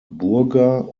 burger